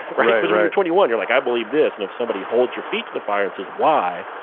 because when you're twenty one, you're like, i believe this, and if somebody holds your feet to the fire and says, why?